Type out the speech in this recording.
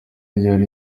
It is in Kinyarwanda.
ryari